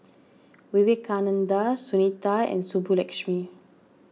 Vivekananda Sunita and Subbulakshmi